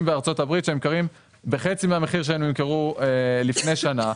בארצות הברית שנמכרים בחצי מהמחיר שהם נמכרו לפני שנה.